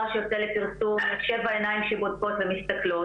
שיוצא לפרסום תחת שבע עיניים שבודקות ומסתכלות,